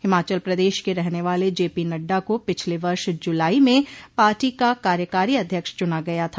हिमाचल प्रदेश के रहने वाले जेपी नड्डा को पिछले वर्ष जुलाई में पार्टी कार्यकारी अध्यक्ष चुना गया था